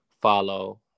follow